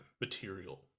material